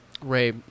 Ray